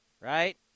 right